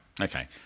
Okay